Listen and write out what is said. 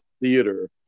theater